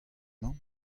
mañ